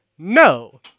No